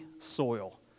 soil